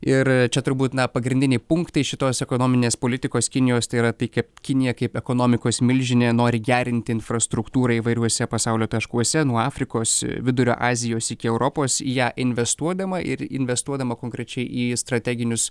ir čia turbūt na pagrindiniai punktai šitos ekonominės politikos kinijos tai yra tai kad kinija kaip ekonomikos milžinė nori gerinti infrastruktūrą įvairiuose pasaulio taškuose nuo afrikos vidurio azijos iki europos į ją investuodama ir investuodama konkrečiai į strateginius